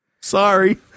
sorry